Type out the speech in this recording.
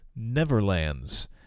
neverlands